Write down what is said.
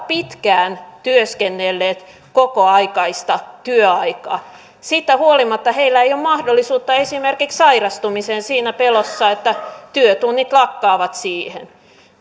pitkään työskennellyt kokoaikaista työaikaa siitä huolimatta heillä ei ole mahdollisuutta esimerkiksi sairastumiseen siinä pelossa että työtunnit lakkaavat siihen